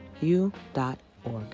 u.org